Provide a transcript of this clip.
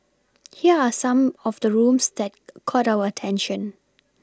here are some of the rooms that caught our attention